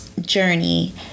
journey